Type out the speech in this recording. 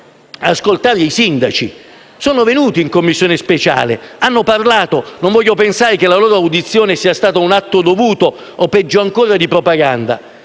ascoltare i sindaci: sono venuti in Commissione speciale e hanno parlato; non voglio pensare che la loro audizione sia stato un atto dovuto o peggio ancora di propaganda.